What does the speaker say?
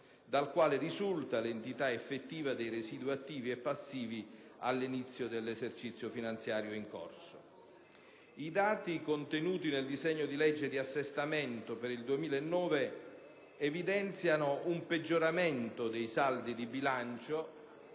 dal quale risulta l'entità effettiva dei residui attivi e passivi all'inizio dell'esercizio finanziario in corso. I dati contenuti nel disegno di legge di assestamento per il 2009 evidenziano un peggioramento dei saldi di bilancio,